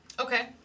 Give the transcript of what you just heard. Okay